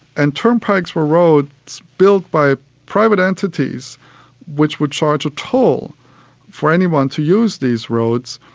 and turnpikes were roads built by private entities which would charge a toll for anyone to use these roads,